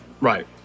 Right